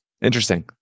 Interesting